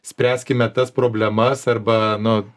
spręskime tas problemas arba nu